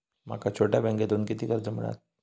माका छोट्या बँकेतून किती कर्ज मिळात?